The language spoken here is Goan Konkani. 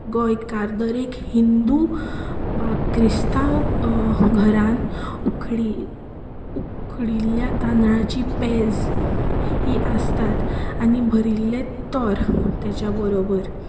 गोंयकार दर एक हिंदू वा क्रिस्तांव घरांत उकडी उकळिल्ल्या तांदळाची पेज ही आसताच आनी भरिल्लें तोर तेज्या बरोबर